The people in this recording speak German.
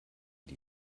die